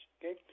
okay